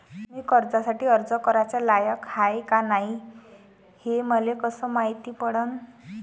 मी कर्जासाठी अर्ज कराचा लायक हाय का नाय हे मले कसं मायती पडन?